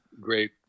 great